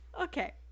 Okay